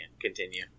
continue